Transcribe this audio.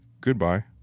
Goodbye